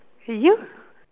you